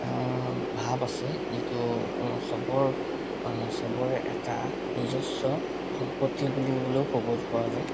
ভাৱ আছে যিটো সবৰ সবৰে এটা নিজস্ব সম্পত্তি বুলি ক'লেও ক'ব পৰা যায়